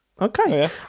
Okay